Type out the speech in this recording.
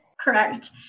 Correct